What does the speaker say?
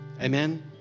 Amen